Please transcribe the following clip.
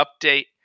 update